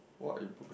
what a book